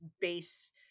base